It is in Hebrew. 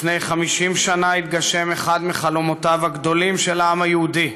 לפני כ-50 שנה התגשם אחד מחלומותיו הגדולים של העם היהודי: